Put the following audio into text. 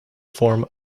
form